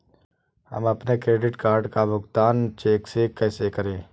हम अपने credit card का भुगतान चेक से कैसे करें?